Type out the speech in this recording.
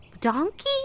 donkey